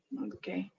okay.